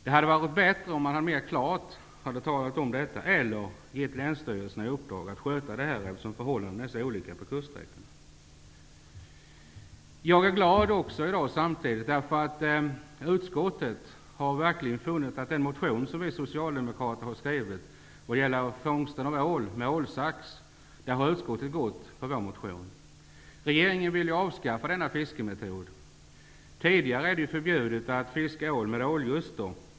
Det hade varit bättre om man mera klart hade angett detta eller gett länsstyrelserna i uppdrag att sköta det här eftersom förhållandena är så olika på kuststräckorna. Jag är dock glad, eftersom utskottet har gått på vår motion som gäller fångsten av ål med ålsax. Regeringen vill avskaffa denna fiskemetod. Det är sedan tidigare förbjudet att fiska ål med ålljuster.